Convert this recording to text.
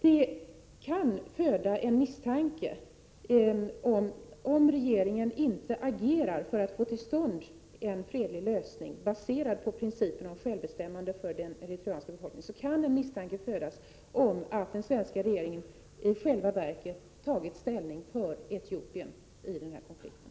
Det kan föda en misstanke om att den svenska regeringen i själva verket har tagit ställning för Etiopien i denna konflikt, om inte regeringen agerar för att få till stånd en fredlig lösning baserad på principen om självbestämmande för den eritreanska befolkningen.